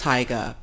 Tiger